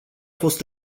fost